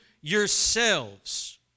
yourselves